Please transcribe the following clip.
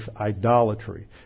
idolatry